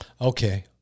Okay